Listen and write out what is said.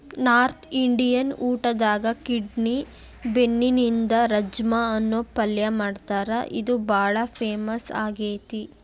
north Indian ಊಟದಾಗ kidney ಬೇನ್ಸ್ನಿಂದ ರಾಜ್ಮಾ ಅನ್ನೋ ಪಲ್ಯ ಮಾಡ್ತಾರ ಇದು ಬಾಳ ಫೇಮಸ್ ಆಗೇತಿ